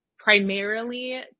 primarily